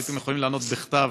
הייתם יכולים לענות בכתב